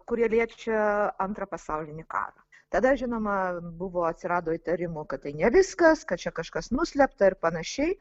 kurie liečia antrą pasaulinį karą tada žinoma buvo atsirado įtarimų kad tai ne viskas kad čia kažkas nuslėpta ir panašiai